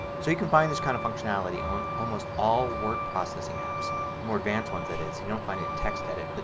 so you can find this kind of functionality on almost all word processing apps. the more advanced ones that is. you won't find it in textedit. but